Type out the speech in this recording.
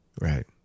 right